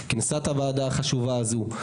כינסה את הוועדה החשובה הזו,